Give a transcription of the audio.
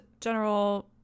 general